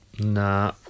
Nah